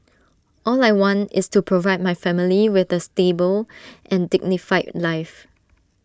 all I want is to provide my family with A stable and dignified life